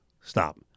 Stop